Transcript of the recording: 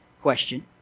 question